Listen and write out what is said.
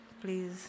Please